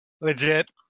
Legit